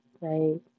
right